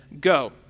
go